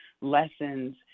lessons